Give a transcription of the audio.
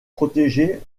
protégée